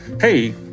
hey